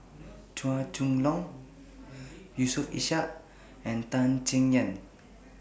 Chua Chong Long Yusof Ishak and Tan Chay Yan